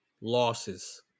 losses